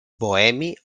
bohemi